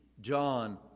John